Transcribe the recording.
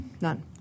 None